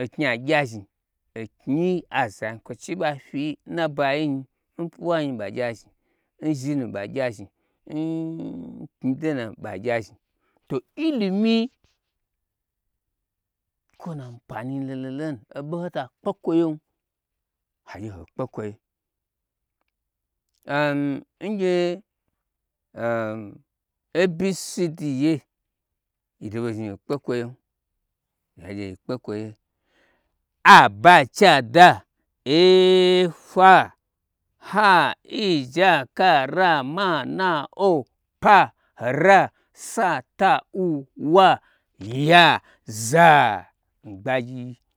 oknyiagya zhni oknyii azanyi kwochi n ɓa fyi n na bayi nyi n pwuwayi nyi ɓa gye azhni, n zhi nu ɓa gya zhni. Ba ya zhni to ilimi kwo n nam pani lolo lonu oɓo nho ta kpe kwoyen hagye hokpe kwoye am ngye abcd ye yito ɓe zhni yi kpe kwo yem ya gye yi kpe kwoye a b c d e f g h i j k l m n o p q r s t u v w x y z